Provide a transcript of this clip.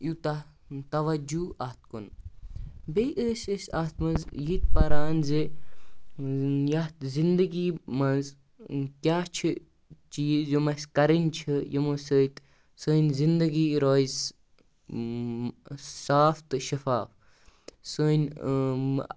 یوٗتاہ تَوَجوٗ اَتھ کُن بیٚیہِ ٲسۍ أسۍ اَتھ منٛز یہِ تہِ پَران زِ یَتھ زِنٛدگی منٛز کیٛاہ چھِ چیٖز یِم اَسہِ کَرٕنۍ چھِ یِمو سۭتۍ سٲنۍ زِنٛدگی روزِ صاف تہٕ شِفاف سٲنۍ